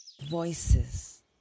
voices